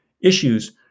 issues